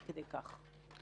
ייתכן